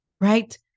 right